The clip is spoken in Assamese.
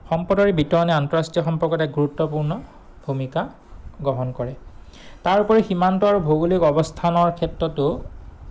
সম্পদৰ এই বিতৰণে আন্তৰাষ্ট্ৰীয় সম্পৰ্কত এক গুৰুত্বপূৰ্ণ ভূমিকা গ্ৰহণ কৰে তাৰোপৰি সীমান্ত আৰু ভৌগোলিক অৱস্থানৰ ক্ষেত্ৰতো